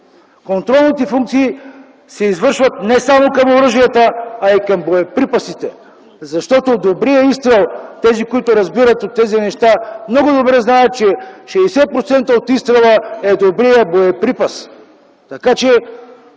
Контролните функции се извършват не само към оръжията, но и към боеприпасите. Защото добрият изстрел – тези, които разбират от тези неща много добре знаят, че 60% от изстрела е добрият боеприпас. Това е